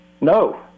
No